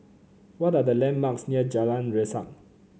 what are the landmarks near Jalan Resak